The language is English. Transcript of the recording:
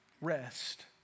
Rest